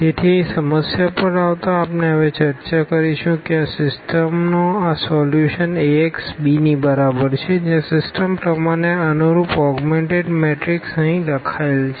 તેથી અહીં સમસ્યા પર આવતા આપણે હવે ચર્ચા કરીશું આ સિસ્ટમનો આ સોલ્યુશન Ax b ની બરાબર છે જ્યાં સિસ્ટમ પ્રમાણે અનુરૂપ ઓગ્મેનટેડ મેટ્રિક્સ અહીં લખાયેલ છે